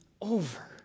over